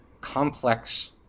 complex